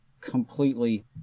completely